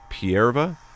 Pierva